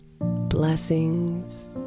Blessings